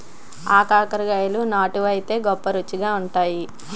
ఆగాకరకాయలు నాటు వైతే గొప్ప రుచిగుంతాయి